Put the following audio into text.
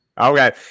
Okay